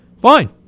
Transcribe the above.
fine